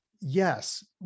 yes